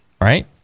right